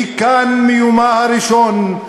היא כאן מיומה הראשון,